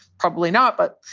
probably not, but.